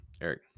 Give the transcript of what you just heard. Eric